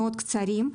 קצרים.